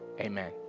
Amen